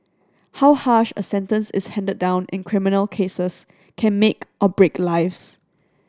how harsh a sentence is handed down in criminal cases can make or break lives